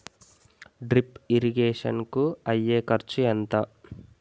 Drip irrigation కూ అయ్యే ఖర్చు ఎంత?